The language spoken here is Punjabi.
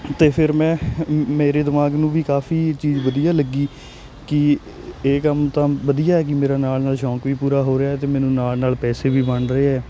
ਅਤੇ ਫਿਰ ਮੈਂ ਮੇਰੇ ਦਿਮਾਗ ਨੂੰ ਵੀ ਕਾਫ਼ੀ ਇਹ ਚੀਜ਼ ਵਧੀਆ ਲੱਗੀ ਕਿ ਇਹ ਕੰਮ ਤਾਂ ਵਧੀਆ ਹੈ ਕਿ ਮੇਰਾ ਨਾਲ ਨਾਲ ਸ਼ੌਂਕ ਵੀ ਪੂਰਾ ਹੋ ਰਿਹਾ ਅਤੇ ਮੈਨੂੰ ਨਾਲ ਨਾਲ ਪੈਸੇ ਵੀ ਬਣ ਰਹੇ ਆ